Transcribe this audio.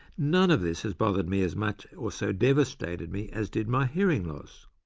none of this has bothered me as much or so devastated me, as did my hearing loss.